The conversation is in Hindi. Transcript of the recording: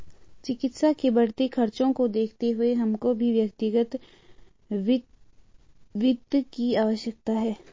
चिकित्सा के बढ़ते खर्चों को देखते हुए हमको भी व्यक्तिगत वित्त की आवश्यकता है